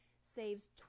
saves